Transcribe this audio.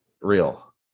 real